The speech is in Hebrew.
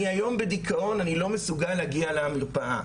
אני היום בדיכאון, אני לא מסוגל להגיע למרפאה".